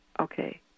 Okay